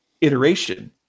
iteration